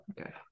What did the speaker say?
okay